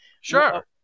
sure